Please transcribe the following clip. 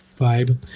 Vibe